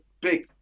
big